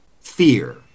fear